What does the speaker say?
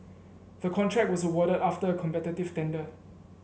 the contract was awarded after a competitive tender